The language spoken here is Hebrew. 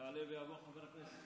יעלה ויבוא חבר הכנסת